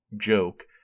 joke